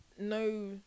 no